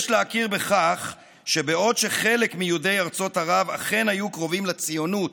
יש להכיר בכך שבעוד חלק מיהודי ארצות ערב אכן היו קרובים לציונות